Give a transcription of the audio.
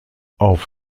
auf